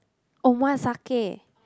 omasake